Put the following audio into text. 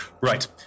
Right